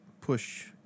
push